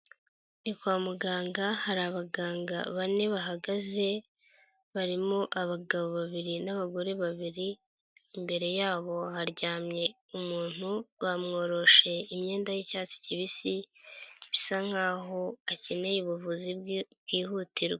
Kwa muganga hari abaganga bane bahagaze, barimo abagabo babiri n'abagore babiri, imbere yabo haryamye umuntu, bamworoshe imyenda y'icyatsi kibisi bisa nk'aho akeneye ubuvuzi bwe bwihutirwa.